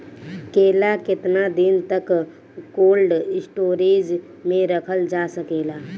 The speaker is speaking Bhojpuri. केला केतना दिन तक कोल्ड स्टोरेज में रखल जा सकेला?